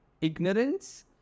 ignorance